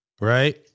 Right